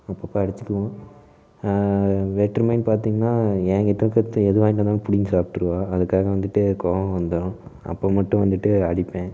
அப்போ அப்போ அடித்திக்குவோம் வேற்றுமைனு பார்த்திங்கனா எங்கிட்ட எது வாங்கிட்டு வந்தாலும் பிடிங்கி சாப்பிட்ருவா அதுக்காக வந்துட்டு கோபம் வந்துவிடும் அப்போ மட்டும் வந்துட்டு அடிப்பேன்